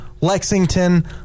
Lexington